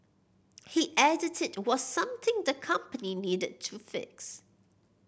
he added it was something the company needed to fix